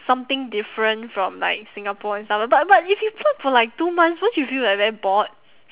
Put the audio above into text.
something different from like singapore and stuff but but if you pluck for like two months won't you feel like very bored